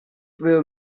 will